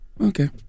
Okay